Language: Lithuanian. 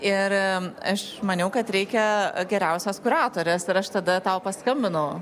ir aš maniau kad reikia geriausios kuratorės ir aš tada tau paskambinau